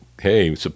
hey